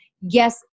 yes